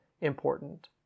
important